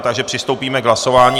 Takže přistoupíme k hlasování.